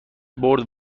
برد